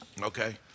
Okay